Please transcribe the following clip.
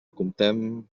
comptem